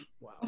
Wow